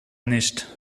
nicht